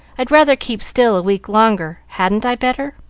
i'd rather keep still a week longer. hadn't i better?